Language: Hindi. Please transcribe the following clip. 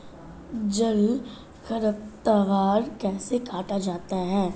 जल खरपतवार कैसे काटा जाता है?